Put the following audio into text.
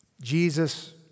Jesus